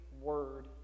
word